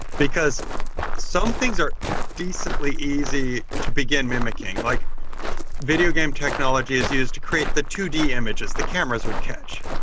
because some things are decently easy to begin mimicking. like videogame technology is used to create the two d images the cameras would catch,